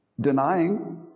Denying